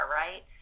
right